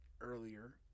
earlier